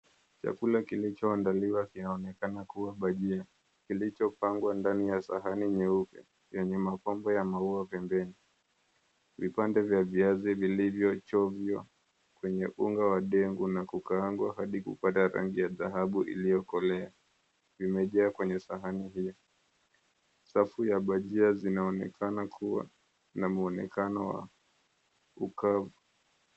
Chakula kilichoandaliwa kinaonekana kuwa bajia. Kilichopangwa ndani ya sahani nyeupe, yenye mapambo ya maua pembeni. Vipande vya viazi vilivyochovya kwenye unga wa dengu, na kukaangwa hadi kupata rangi ya dhahabu iliyokolea, vimejaa kwenye sahani hiyo. Safu ya bajia zinaonekana kuwa na muonekano wa ukavu.